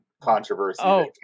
controversy